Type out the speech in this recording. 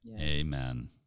Amen